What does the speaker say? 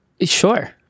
Sure